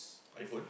iPhone